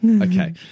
Okay